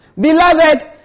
Beloved